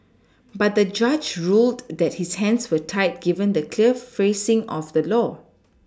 but the judge ruled that his hands were tied given the clear phrasing of the law